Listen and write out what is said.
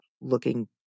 looking